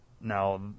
Now